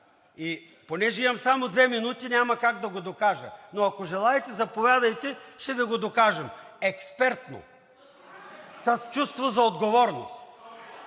но понеже имам само две минути, няма как да го докажа. Ако желаете, заповядайте, ще Ви го докажем експертно, с чувство за отговорност!